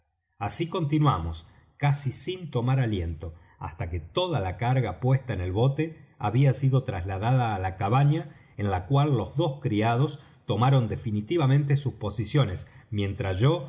así continuamos casi sin tomar aliento hasta que toda la carga puesta en el bote había sido trasladada á la cabaña en la cual los dos criados tomaron definitivamente sus posiciones mientras yo